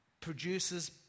Produces